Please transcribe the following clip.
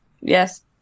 yes